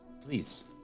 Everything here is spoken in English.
Please